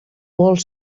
molt